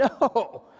No